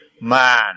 man